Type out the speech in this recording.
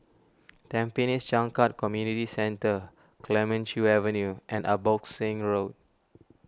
Tampines Changkat Community Centre Clemenceau Avenue and Abbotsingh Road